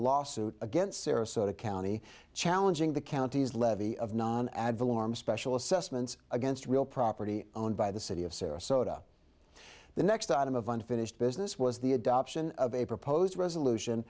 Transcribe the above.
lawsuit against sarasota county challenging the county's levy of non advil warm special assessments against real property owned by the city of sarasota the next item of unfinished business was the adoption of a proposed resolution